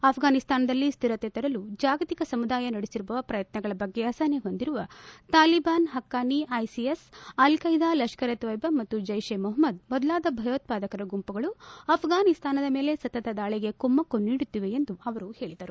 ಆಫ್ರಾನಿಸ್ತಾನದಲ್ಲಿ ಸ್ಟಿರತೆ ತರಲು ಜಾಗತಿಕ ಸಮುದಾಯ ನಡೆಸಿರುವ ಪ್ರಯತ್ನಗಳ ಬಗ್ಗೆ ಅಸಹನೆ ಹೊಂದಿರುವ Taliban Haqqani ISIS al Qaeda Lashkar-e-Taiba ಮತ್ತು ಜೈಷೆ ಮೊಹಮ್ಮದ್ ಮೊದಲಾದ ಭಯೋತ್ವಾದಕರ ಗುಂಪುಗಳು ಆಫ್ರಾನಿಸ್ತಾನದ ಮೇಲೆ ಸತತ ದಾಳಿಗೆ ಕುಮ್ಮಕ್ಕು ನೀಡುತ್ತಿವೆ ಎಂದು ಅವರು ಹೇಳಿದರು